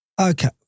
Okay